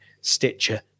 Stitcher